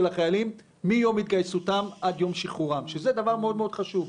החיילים מיום הגיוס ועד יום השחרור שזה דבר חשוב.